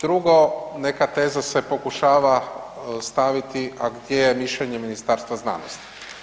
Drugo, neka teza se pokušava staviti, a gdje je mišljenje Ministarstva znanosti?